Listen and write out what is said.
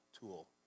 tool